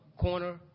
corner